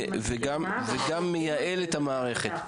וגם מייעל את המערכת.